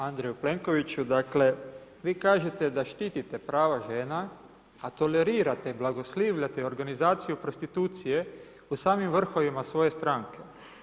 Andreju Plenkoviću, dakle vi kažete da štitite prava žena a tolerirate i blagoslivljate organizaciju prostitucije u samim vrhovima svoje stranke.